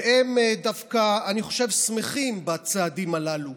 והם דווקא, אני חושב, שמחים בצעדים הללו.